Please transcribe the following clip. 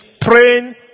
Praying